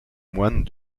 moines